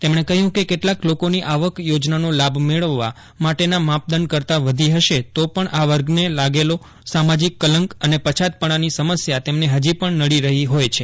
તેમણે કહ્યું કે કેટલાક લોકોની આવક યોજનાનો લાભ મેળવવા માટેના માપદંડ કરતાં વધી હશે તો પણ આ વર્ગને લાગેલો સામાજીક કલંક અને પછાતપશ્ચાની સમસ્યા તેમને હજી પણ નડી રહી હોય છે